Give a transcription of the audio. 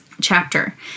chapter